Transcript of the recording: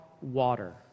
water